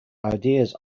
ideas